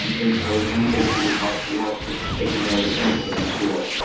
um and so in some cases, it might work just taking another sample to be sure.